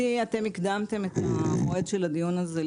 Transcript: למיטב ידיעתי, אתם הקדמתם את המועד של הדיון הזה.